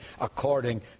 according